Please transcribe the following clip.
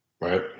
right